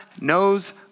knows